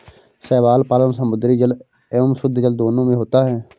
शैवाल पालन समुद्री जल एवं शुद्धजल दोनों में होता है